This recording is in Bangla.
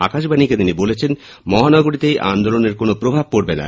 আকাশবাণীকে তিনি বলেছেন মহানগরীতে এই আন্দোলনের কোন প্রভাব পড়বে না